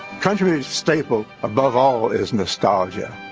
country staple above all is nostalgia.